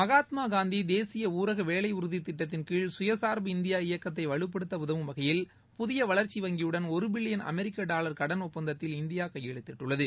மகாத்மா காந்தி தேசிய ஊரக வேலை உறுதி திட்டத்தின் கீழ் சுயசார்பு இந்தியா இயக்கத்தை வலுப்படுத்த உதவும் வகையில் புதிய வளர்ச்சி வங்கியுடன் ஒரு பில்லியன் அமெரிக்க டாலர் கடன் ஒப்பந்தத்தில் இந்தியா கையெழுத்திட்டுள்ளது